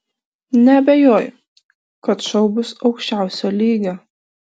neabejoju kad šou bus aukščiausio lygio